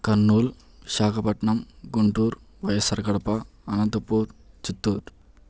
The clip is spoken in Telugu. కర్నూలు విశాఖపట్నం గుంటూరు వైఎస్ఆర్ కడప అనంతపూరు చిత్తూరు